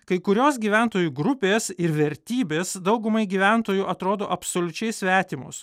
kai kurios gyventojų grupės ir vertybės daugumai gyventojų atrodo absoliučiai svetimos